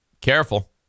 Careful